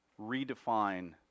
redefine